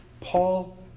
Paul